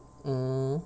mmhmm